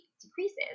decreases